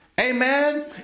Amen